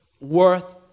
worth